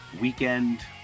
weekend